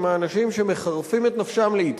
הם האנשים שמחרפים את נפשם לעתים,